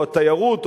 או התיירות,